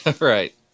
Right